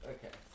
Okay